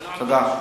אבל לא,